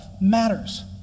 matters